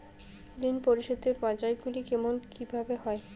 ঋণ পরিশোধের পর্যায়গুলি কেমন কিভাবে হয়?